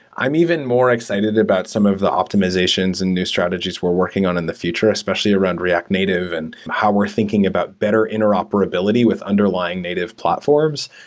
i'm even more excited about some of the optimizations and new strategies we're working on in the future, especially around react native and how we're thinking about better interoperability with under lying native platforms.